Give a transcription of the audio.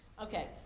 Okay